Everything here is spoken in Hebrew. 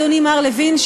אדוני מר לוין,